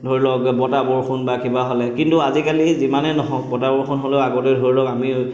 ধৰি লওক বতাহ বৰষুণ বা কিবা হ'লে কিন্তু আজিকালি যিমানে নহওক বতাহ বৰষুণ হলেও আগলৈ ধৰি লওক আমি